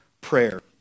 prayer